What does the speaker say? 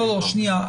לא שנייה,